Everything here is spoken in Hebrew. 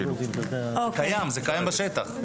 זה קיים בשטח.